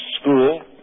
school